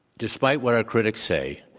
despite what our critics say,